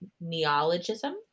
neologism